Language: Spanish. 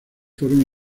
fueron